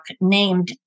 named